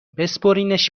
بسپرینش